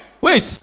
Wait